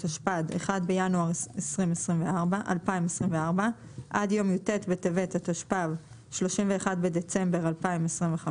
בטבת התשפ"ד (1 בינואר 2024) עד יום י"ט בטבת התשפ"ו (31 בדצמבר 2025,